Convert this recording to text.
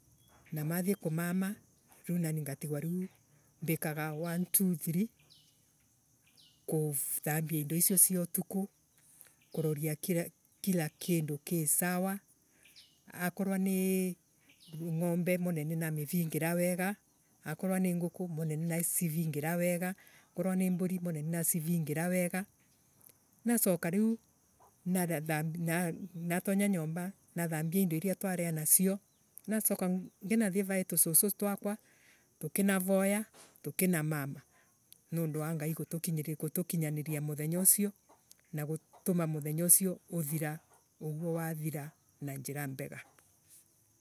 Na mathie kumama nanie ngatigwa ngekaga one, two, three kuthambia into icio utuku kuroria kila kitu ki sawa akoroa ni ngombe mune ninavingira wega akoroa ni nguku ninasivingira wega akoroa ni mburi ninasivingira wega akoroa ni mburi ninasivingira wega nginasoka riu natonya nyomba nathambia indo iria twaria nasio nginasoka nginathie vai fususu fwakwa tukinavoya tukinamama nontu wa ngai gutukinyira muthenya usio na gutuma muthenya usio uthira ukorwe wathira na njira mbega.